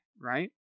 right